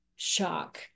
Shock